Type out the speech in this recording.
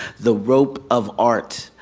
the rope of art,